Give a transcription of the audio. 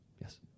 Yes